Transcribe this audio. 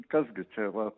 kas gi čia va